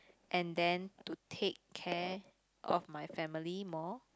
and then to take care of my family more